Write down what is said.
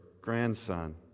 grandson